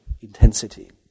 intensity